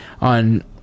on